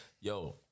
yo